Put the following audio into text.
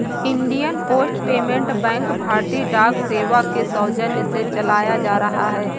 Indian post payment bank भारतीय डाक सेवा के सौजन्य से चलाया जा रहा है